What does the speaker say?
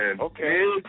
Okay